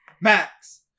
Max